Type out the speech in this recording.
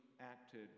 acted